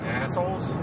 assholes